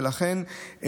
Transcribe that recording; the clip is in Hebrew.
ולכן,